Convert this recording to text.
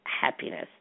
happiness